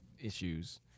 issues